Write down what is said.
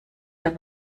der